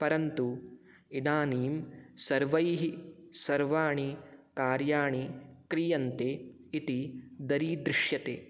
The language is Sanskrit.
परन्तु इदानीं सर्वैः सर्वाणि कार्याणि क्रियन्ते इति दरीदृश्यते